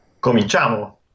Cominciamo